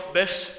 best